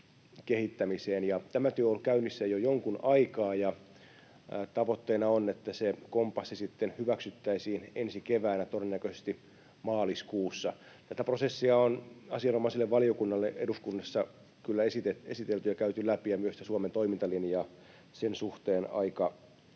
Tämä työ on ollut käynnissä jo jonkun aikaa, ja tavoitteena on, että se kompassi hyväksyttäisiin ensi keväänä, todennäköisesti maaliskuussa. Tätä prosessia on asianomaiselle valiokunnalle eduskunnassa kyllä esitelty ja käyty läpi ja myös Suomen toimintalinjaa sen suhteen aika ajoin.